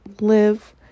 live